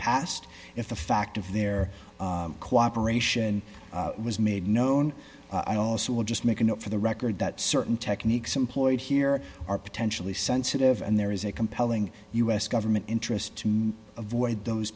past if the fact of their cooperation was made known i also would just make a note for the record that certain techniques employed here are potentially sensitive and there is a compelling u s government interest to avoid those